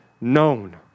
known